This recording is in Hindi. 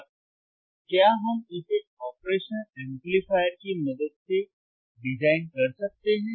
और क्या हम इसे ऑपरेशनल एम्पलीफायर की मदद से डिजाइन कर सकते हैं